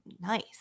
nice